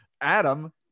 adam